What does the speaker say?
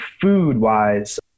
food-wise